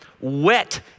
Wet